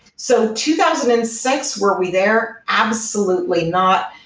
so two thousand and six, were we there? absolutely not.